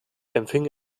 empfing